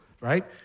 right